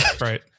Right